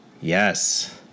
Yes